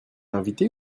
invité